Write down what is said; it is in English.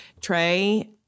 Trey